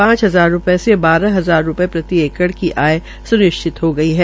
पांच हजार रूपये से बारह हजार रूपये प्रति एकड़ की आय स्निश्चित हो गई है